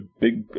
big